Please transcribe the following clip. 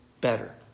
better